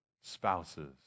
spouses